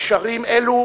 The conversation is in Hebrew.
לקשרים אלו